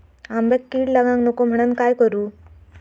आंब्यक कीड लागाक नको म्हनान काय करू?